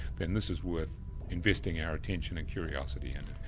then this is worth investing our attention and curiosity in.